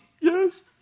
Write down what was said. Yes